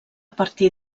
partir